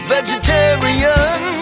Vegetarian